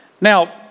Now